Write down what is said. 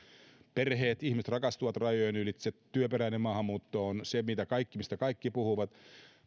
perheet ihmiset rakastuvat rajojen ylitse työperäinen maahanmuutto on se mistä kaikki puhuvat